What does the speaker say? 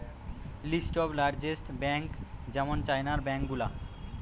list of largest bank যেমন চাইনার bank গুলা